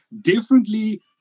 differently